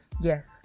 Yes